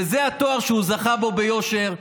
וזה תואר שהוא זכה בו ביושר.